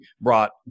brought